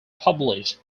published